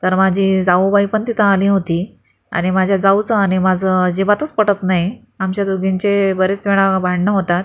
तर माझी जाऊबाई पण तिथं आली होती आणि माझ्या जाऊचं आणि माझं अजिबातच पटत नाही आमच्या दोघींचे बरेचवेळा भांडणं होतात